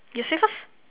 you say first